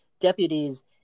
Deputies